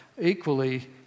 equally